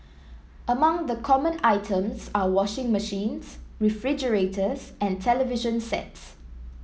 among the common items are washing machines refrigerators and television sets